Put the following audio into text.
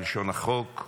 כלשון החוק.